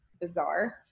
bizarre